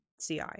CI